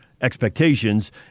Expectations